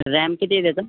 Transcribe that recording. RAM किती आहे त्याचा